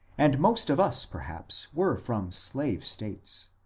and most of us perhaps were from slave states.